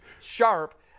sharp